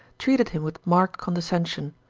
treated him with marked condescension.